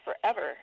forever